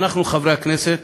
אנחנו חברי הכנסת